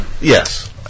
yes